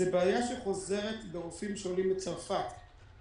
זו בעיה שחוזרת ברופאים שעולים מצרפת.